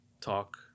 talk